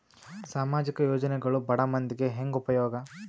ಸಾಮಾಜಿಕ ಯೋಜನೆಗಳು ಬಡ ಮಂದಿಗೆ ಹೆಂಗ್ ಉಪಯೋಗ?